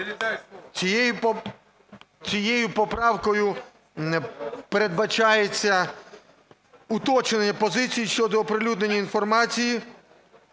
Цією поправкою передбачається уточнення позиції щодо оприлюднення інформації